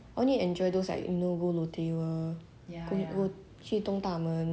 only enjoy those like you know go lotte world go go 去东大门